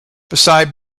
beside